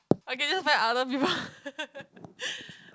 I can just buy other people